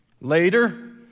Later